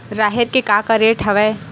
राहेर के का रेट हवय?